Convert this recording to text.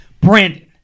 Brandon